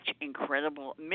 incredible